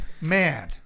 man